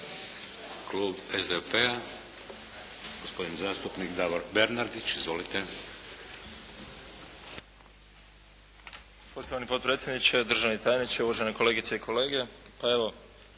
Klub SDP-a, gospodin zastupnik Davor Bernardić. Izvolite.